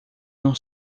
não